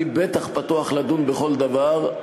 אני בטח פתוח לדון בכל דבר.